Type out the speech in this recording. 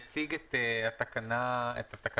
לדיון אתמול.